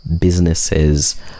businesses